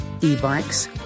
e-bikes